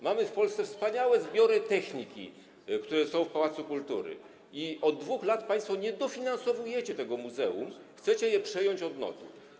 Mamy w Polsce wspaniałe zbiory techniki, które są w pałacu kultury i od 2 lat państwo nie dofinansowujecie tego muzeum, chcecie je przejąć od NOT-u.